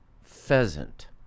pheasant